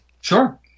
Sure